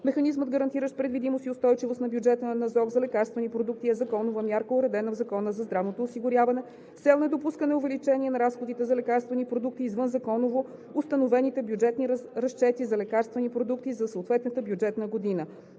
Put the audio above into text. Механизмът, гарантиращ предвидимост и устойчивост на бюджета на НЗОК за лекарствени продукти, е законова мярка, уредена в Закона за здравното осигуряване с цел недопускане увеличение на разходите за лекарствени продукти извън законово установените бюджетни разчети за лекарствени продукти за съответната бюджетна година.